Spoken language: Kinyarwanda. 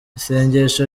isengesho